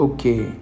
Okay